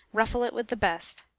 ruffle it with the best.